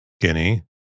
Guinea